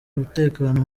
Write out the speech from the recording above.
umutekano